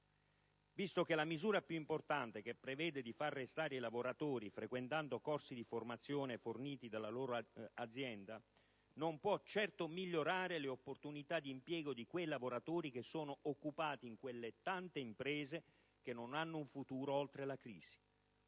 momento che la misura più importante, che prevede di far restare i lavoratori a frequentare corsi di formazione forniti dalla loro azienda, non può certo migliorare le opportunità di impiego di quei lavoratori che sono occupati in quelle tante imprese che non hanno un futuro oltre la crisi.